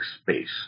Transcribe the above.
space